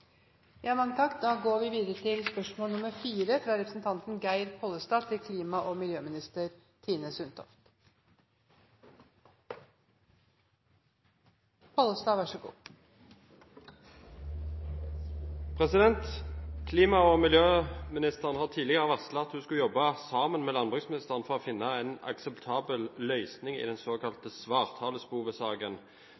spørsmål 3, ennå ikke er til stede, går vi videre til spørsmål 4. «Klima- og miljøministeren har tidligere varslet at hun skulle jobbe sammen med landbruksministeren for å finne en akseptabel løsning i